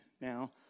Now